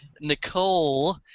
Nicole